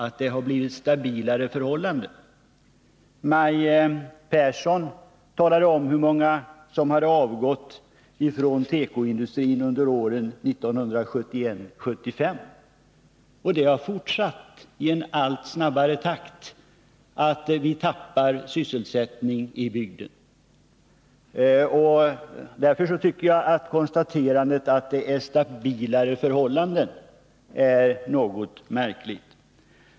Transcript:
Maj Pehrsson talade om hur många som hade avgått från tekoindustrin under åren 1971-1975, och sedan dess har vi i allt snabbare takt fortsatt att tappa sysselsättningar i bygden. Därför tycker jag att konstaterandet att det har blivit ”stabilare förhållanden” är något märkligt.